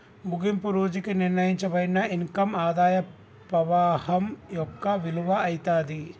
ముగింపు రోజుకి నిర్ణయింపబడిన ఇన్కమ్ ఆదాయ పవాహం యొక్క విలువ అయితాది